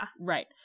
Right